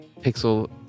pixel